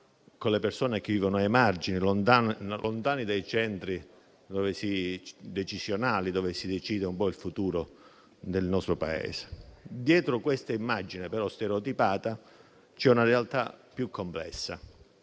con le persone che vivono ai margini, lontane dai centri decisionali, dove si decide il futuro del nostro Paese. Dietro questa immagine stereotipata, però, c'è una realtà più complessa